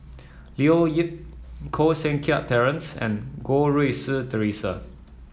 Leo Yip Koh Seng Kiat Terence and Goh Rui Si Theresa